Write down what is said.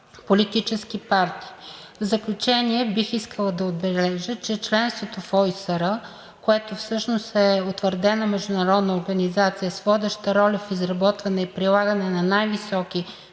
политически партии. В заключение бих искала да отбележа, че членството в ОИСР, което всъщност е утвърдена международна организация с водеща роля в изработване и прилагане на най-високи